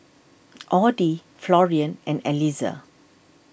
Audie Florian and Eliezer